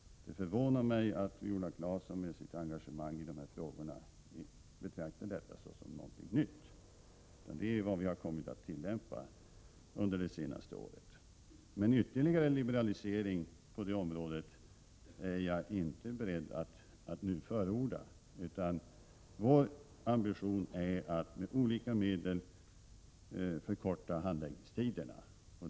Det förvånar mig att Viola Claesson med sitt engagemang i dessa frågor betraktar detta såsom något nytt. Det är vad vi har kommit att tillämpa under det senaste året. Någon ytterligare liberalisering på det området är jag inte beredd att nu förorda. Vår ambition är att med olika medel förkorta handläggningstiderna.